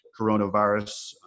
coronavirus